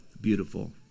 beautiful